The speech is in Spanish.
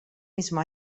mismo